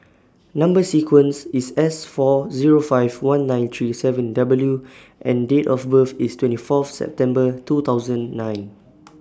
Number sequence IS S four Zero five one nine three seven W and Date of birth IS twenty Fourth September two thousand nine